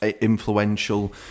influential